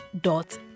Dot